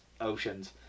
oceans